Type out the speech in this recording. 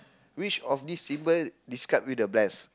which of this symbol describe you the best